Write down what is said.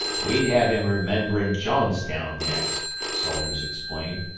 we'd hev him rememberin' johns-town next, salters explained,